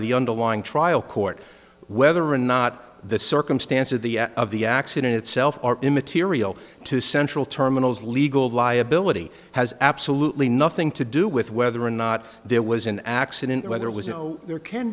the underlying trial court whether or not the circumstance of the of the accident itself immaterial to central terminal's legal liability has absolutely nothing to do with whether or not there was an accident where there was no there can